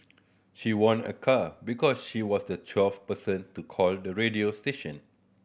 she won a car because she was the twelfth person to call the radio station